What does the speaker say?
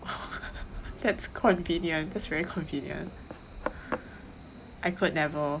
that's convenient that's very convenient I could never